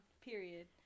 Period